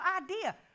idea